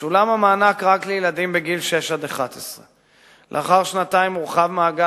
שולם המענק רק לילדים בגיל שש עד 11. לאחר שנתיים הורחב מעגל